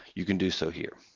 you can do so here.